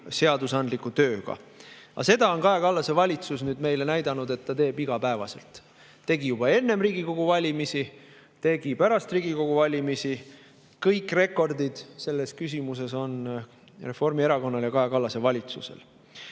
seadusandliku tööga. Aga Kaja Kallase valitsus on nüüd meile näidanud, et ta teeb seda igapäevaselt. Tegi juba enne Riigikogu valimisi, tegi pärast Riigikogu valimisi – kõik rekordid selles küsimuses on Reformierakonna ja Kaja Kallase valitsuse